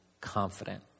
confident